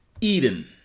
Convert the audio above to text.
Eden